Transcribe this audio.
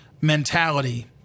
mentality